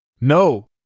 No